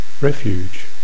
refuge